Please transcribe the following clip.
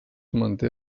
manté